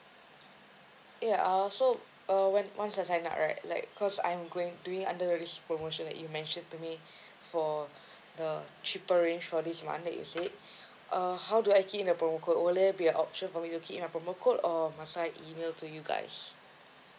yeah I also err once once I sign up right like cause I'm going to be under this promotion that you mentioned to me for the cheaper range for this mandate you said uh how do I key in the promo code will there be option for me to key in a promo code or must I email to you guys